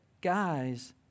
guys